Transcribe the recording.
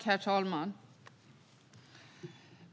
Herr talman!